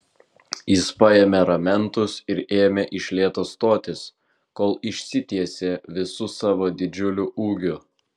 jis paėmė ramentus ir ėmė iš lėto stotis kol išsitiesė visu savo didžiuliu ūgiu